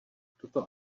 tuto